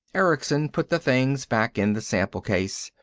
erickson put the things back in the sample case.